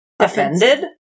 Offended